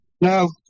No